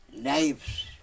lives